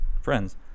friends